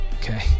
okay